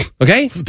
Okay